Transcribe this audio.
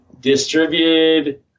Distributed